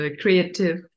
creative